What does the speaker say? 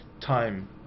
time